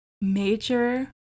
major